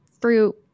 fruit